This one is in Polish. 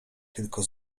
tylko